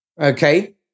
okay